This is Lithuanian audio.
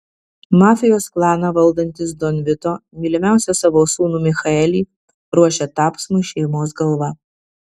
mafijos klaną valdantis don vito mylimiausią savo sūnų michaelį ruošia tapsmui šeimos galva